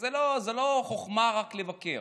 זו לא חוכמה רק לבקר,